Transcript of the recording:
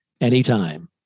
anytime